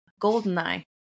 Goldeneye